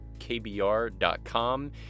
KBR.com